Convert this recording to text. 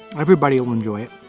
everybody will enjoy it.